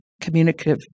communicative